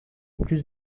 plus